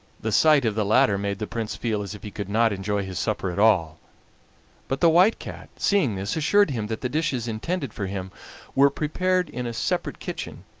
the sight of the latter made the prince feel as if he could not enjoy his supper at all but the white cat, seeing this, assured him that the dishes intended for him were prepared in a separate kitchen,